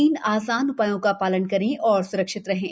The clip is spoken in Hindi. तीन आसान उपायों का पालन करें और सुरक्षित रहें